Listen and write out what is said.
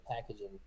packaging